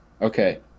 Okay